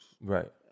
Right